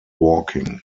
walking